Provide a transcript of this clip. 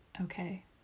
Okay